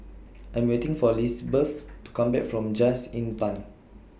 I'm waiting For Lizbeth to Come Back from Just Inn Pine